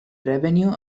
revenue